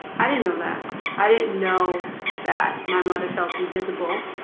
i didn't know that i didn't know that my mother felt invisible,